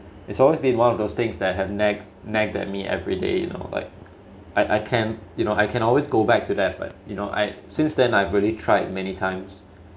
it's always been one of those things that have nag nag at me every day you know like I I can you know I can always go back to that but you know I since then I've really tried many times